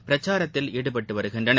பிரச்சாரத்தில் ஈடுபட்டு வருகின்றனர்